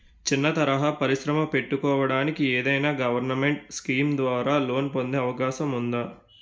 చిన్న తరహా పరిశ్రమ పెట్టుకోటానికి ఏదైనా గవర్నమెంట్ స్కీం ద్వారా లోన్ పొందే అవకాశం ఉందా?